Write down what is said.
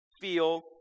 feel